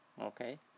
Okay